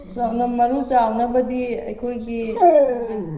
ꯆꯅꯝ ꯃꯔꯨ ꯆꯥꯎꯅꯕꯗꯤ ꯑꯩꯈꯣꯏꯒꯤ